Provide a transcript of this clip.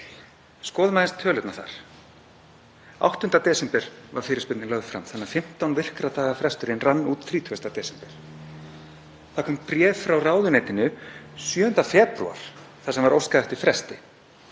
Skoðum aðeins tölurnar þar. Þann 8. desember var fyrirspurnin lögð fram þannig að 15 virkra daga fresturinn rann út 30. desember. Það kom bréf frá ráðuneytinu 7. febrúar þar sem var óskað eftir fresti.